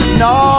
no